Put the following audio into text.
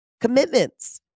commitments